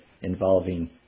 involving